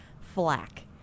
flack